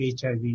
HIV